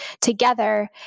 together